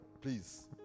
please